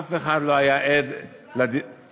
אף אחד לא היה עד לדיבורים המיוחסים לילד,